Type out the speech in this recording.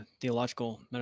theological